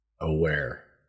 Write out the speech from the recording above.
aware